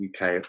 uk